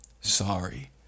sorry